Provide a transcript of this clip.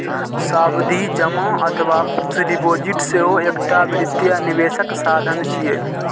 सावधि जमा अथवा फिक्स्ड डिपोजिट सेहो एकटा वित्तीय निवेशक साधन छियै